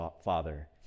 father